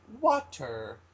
Water